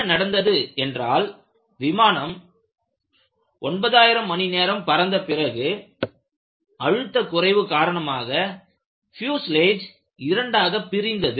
என்ன நடந்தது என்றால் விமானம் 9000 மணி நேரம் பறந்த பிறகு அழுத்த குறைவு காரணமாக பியூஷ்லேஜ் இரண்டாக பிரிந்தது